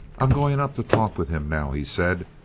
i'm going up to talk with him now, he said.